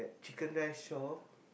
chicken-rice shop